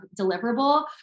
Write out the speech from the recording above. deliverable